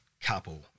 couple